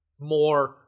more